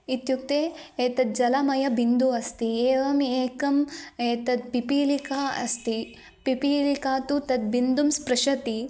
इत्युक्ते एतद् जलमयं बिन्दुः अस्ति एवम् एकम् एतद् पिपीलिका अस्ति पिपीलिका तु तद् बिन्दुं स्पृशति